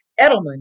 Edelman